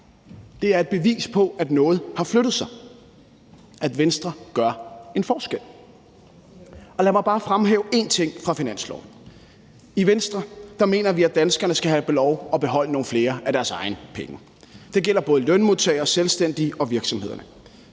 Det er et bevis på, at noget har flyttet sig – at Venstre gør en forskel. Lad mig bare fremhæve én ting fra finansloven. I Venstre mener vi, at danskerne skal have lov at beholde nogle flere af deres egne penge. Det gælder både lønmodtagere, selvstændige og virksomheder.